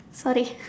sorry